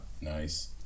nice